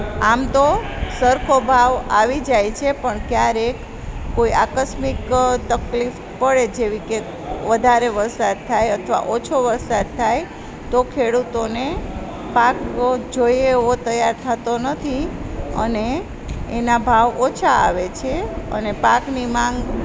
આમ તો સરખો ભાવ આવી જાય છે પણ ક્યારેક કોઈ આકસ્મિક તકલીફ પડે જેવી કે વધારે વરસાદ થાય અથવા ઓછો વરસાદ થાય તો ખેડૂતોને પાકો જોઈએ એવો તૈયાર થતો નથી અને એના ભાવ ઓછા આવે છે અને પાકની માંગ